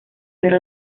pero